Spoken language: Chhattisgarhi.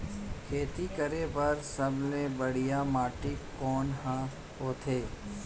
खेती करे बर सबले बढ़िया माटी कोन हा होथे?